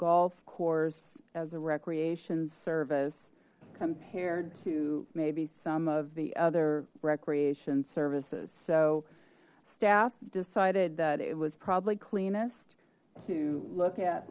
golf course as a recreation service compared to maybe some of the other recreation services so staff decided that it was probably cleanest to look at